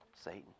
Satan